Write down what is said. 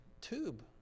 tube